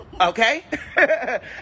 Okay